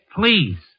please